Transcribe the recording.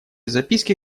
записке